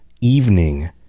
evening